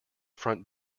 front